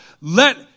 Let